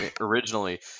originally